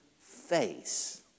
face